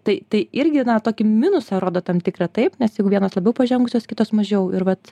tai tai irgi na tokį minusą rodo tam tikrą taip nes jeigu vienos labiau pažengusios kitos mažiau ir vat